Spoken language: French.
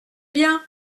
bien